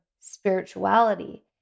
spirituality